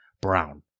brown